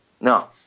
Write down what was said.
No